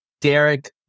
Derek